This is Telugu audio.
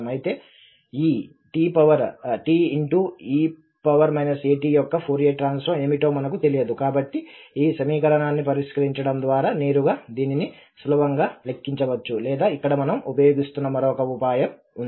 అయితే ఈ te at యొక్క ఫోరియర్ ట్రాన్సఫార్మ్ ఏమిటో మనకు తెలియదు కాబట్టి ఈ సమీకరణాన్ని పరిష్కరించడం ద్వారా నేరుగా దీన్ని సులభంగా లెక్కించవచ్చు లేదా ఇక్కడ మనం ఉపయోగిస్తున్న మరొక ఉపాయం ఉంది